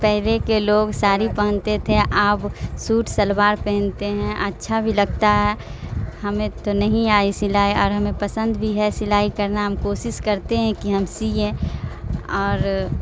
پہلے کے لوگ ساڑی پہنتے تھے آب سوٹ شلوار پہنتے ہیں اچھا بھی لگتا ہے ہمیں تو نہیں آئی سلائی اور ہمیں پسند بھی ہے سلائی کرنا ہم کوشش کرتے ہیں کہ ہم سیے اور